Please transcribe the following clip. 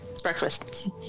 Breakfast